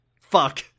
fuck